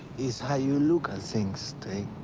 it's how you look at things, teya.